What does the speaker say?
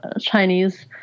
Chinese